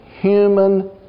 Human